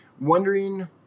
wondering